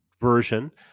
version